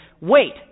Wait